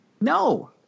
No